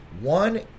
one